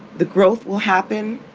the growth will happen